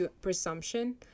presumption